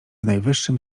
najwyższym